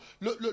le